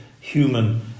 human